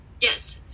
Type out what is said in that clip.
Yes